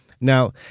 Now